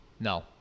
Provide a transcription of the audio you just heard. No